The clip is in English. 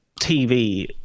tv